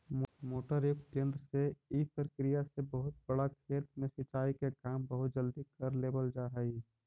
motor युक्त यन्त्र से इ प्रक्रिया से बहुत बड़ा खेत में सिंचाई के काम बहुत जल्दी कर लेवल जा हइ